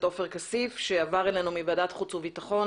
עופר כסיף שעבר אלינו מוועדת חוץ וביטחון